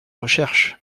recherche